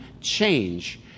change